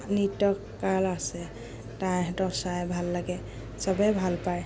নৃত্যকাৰ আছে তাঁহাতৰ চাই ভাল লাগে চবেই ভাল পায়